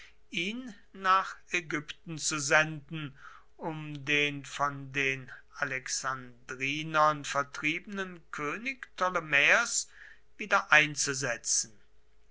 ihn nach ägypten zu senden um den von den alexandrinern vertriebenen könig ptolemaeos wiedereinzusetzen